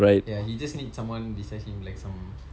ya he just need someone beside him like some